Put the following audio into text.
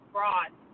broad